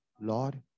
Lord